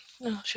no